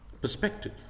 perspective